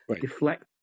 deflect